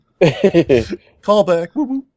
Callback